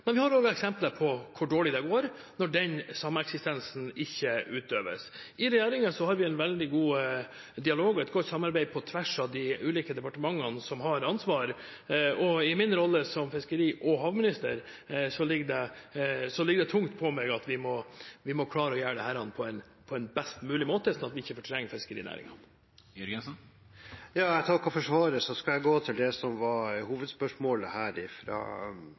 Men vi har også eksempler på hvor dårlig det går når den sameksistensen ikke utøves. I regjeringen har vi en veldig god dialog og et godt samarbeid på tvers av de ulike departementene som har ansvar. I min rolle som fiskeri- og havminister ligger det tungt på meg at vi må klare å gjøre dette på best mulig måte, slik at man ikke fortrenger fiskerinæringen. Geir Jørgensen – til oppfølgingsspørsmål. Jeg takker for svaret og skal nå gå til det som var hovedspørsmålet